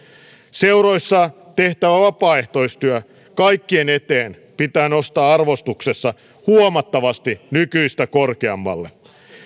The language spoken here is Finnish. seuroissa tehtävä vapaaehtoistyö kaikkien eteen pitää nostaa arvostuksessa huomattavasti nykyistä korkeammalle